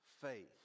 faith